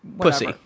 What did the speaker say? pussy